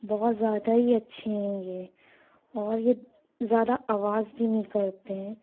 بہت زیادہ ہی اچھے ہیں یہ اور یہ زیادہ آواز بھی نہیں کرتے ہیں